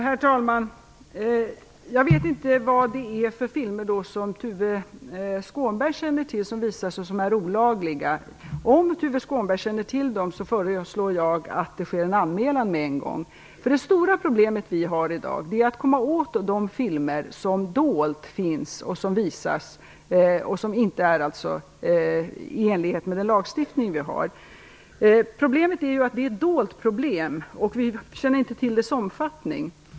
Herr talman! Jag vet inte vad det är för filmer som Tuve Skånberg känner till att man visar och som är olagliga. Om Tuve Skånberg känner till dem, så föreslår jag att det sker en anmälan med en gång. Det stora problemet vi har i dag är att komma åt de filmer som dolt finns och som visas, vilka inte är i enlighet med lagstiftningen. Svårigheten är att det är ett dolt problem, och vi känner inte till dess omfattning.